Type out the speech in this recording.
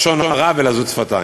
לשון הרע ולזות שפתיים.